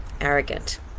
arrogant